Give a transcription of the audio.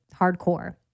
hardcore